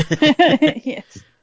Yes